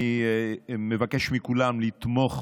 אני מבקש מכולם לתמוך